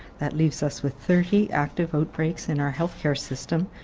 that leaves us with thirty active outbreaks in our healthcare system,